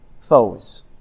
foes